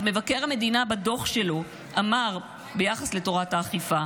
אז מבקר המדינה בדוח שלו אמר ביחס לתורת האכיפה